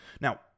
Now